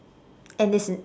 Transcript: and it's